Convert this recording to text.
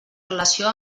relació